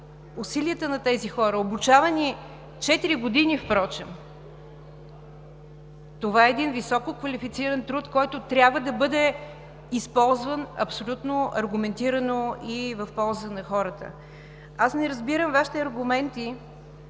Усилията на тези хора, обучавани четири години впрочем, е един висококвалифициран труд, който трябва да бъде използван абсолютно аргументирано и в полза на хората. Аз не разбирам Вашите аргументи,